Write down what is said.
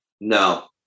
no